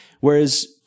Whereas